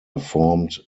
formed